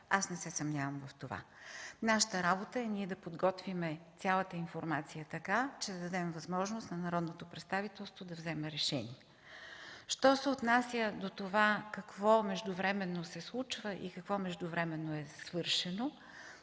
Не се съмнявам в това. Нашата работа е да подготвим цялата информация така, че да дадем възможност на народното представителство да вземе решение. Що се отнася до това какво междувременно се случва и какво е свършено,